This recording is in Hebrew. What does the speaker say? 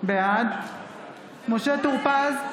בעד משה טור פז,